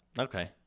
Okay